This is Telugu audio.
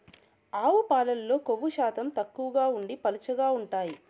ఆవు పాలల్లో కొవ్వు శాతం తక్కువగా ఉండి పలుచగా ఉంటాయి